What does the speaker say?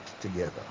together